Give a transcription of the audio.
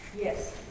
Yes